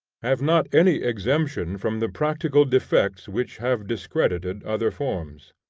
have not any exemption from the practical defects which have discredited other forms.